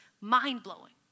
mind-blowing